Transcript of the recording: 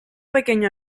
pequeño